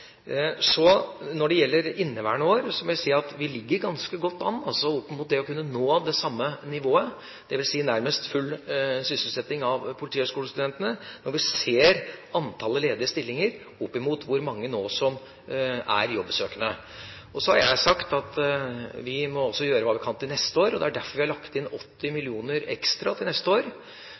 Når det gjelder inneværende år, må jeg si at vi ligger ganske godt an for å kunne nå det samme nivået, dvs. nærmest full sysselsetting av politihøgskolestudentene, når vi ser antall ledige stillinger opp mot hvor mange som nå er jobbsøkende. Så har jeg sagt at vi også må gjøre hva vi kan til neste år, og det er derfor vi har lagt inn 80 mill. kr ekstra til neste år